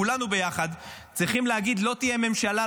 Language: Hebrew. כולנו ביחד צריכים להגיד: לא תהיה ממשלה,